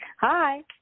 Hi